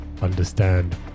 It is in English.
understand